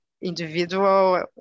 individual